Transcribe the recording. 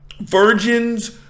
Virgins